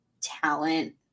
talent